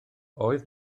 oedd